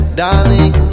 darling